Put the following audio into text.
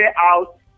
out